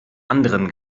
anderen